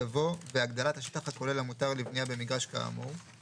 יבוא " והגדלת השטח הכולל המותר לבניה במגרש כאמור";